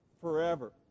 forever